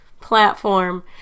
platform